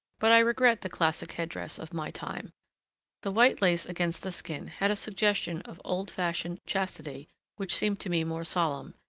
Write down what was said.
but i regret the classic head-dress of my time the white lace against the skin had a suggestion of old fashioned chastity which seemed to me more solemn,